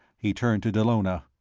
he turned to dallona.